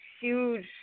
huge